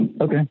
Okay